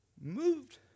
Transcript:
moved